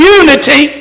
unity